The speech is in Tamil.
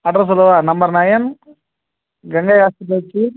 அட்ரஸ் சொல்லவா number nine Gangai hospital street